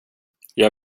jag